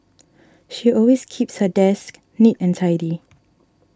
she always keeps her desk neat and tidy